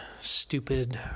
stupid